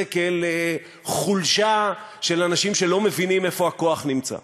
כאל חולשה של אנשים שלא מבינים איפה הכוח נמצא.